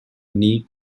need